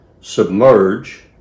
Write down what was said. submerge